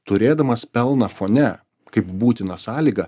turėdamas pelną fone kaip būtiną sąlygą